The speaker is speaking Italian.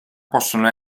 possono